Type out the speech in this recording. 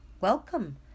Welcome